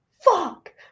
fuck